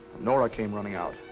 nora came running out.